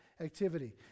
activity